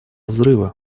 взрыва